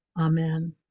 Amen